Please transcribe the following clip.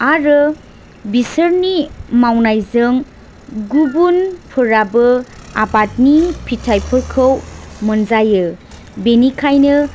आरो बिसोरनि मावनायजों गुबुनफोराबो आबादनि फिथाइफोरखौ मोनजायो बेनिखायनो